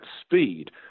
speed